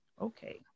Okay